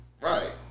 Right